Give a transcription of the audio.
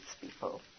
people